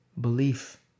Belief